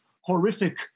horrific